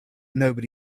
nobody